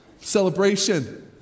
celebration